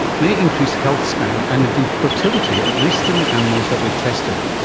may increase health span and indeed fertility, at least in the animals that they've tested.